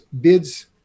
bids